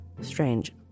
strange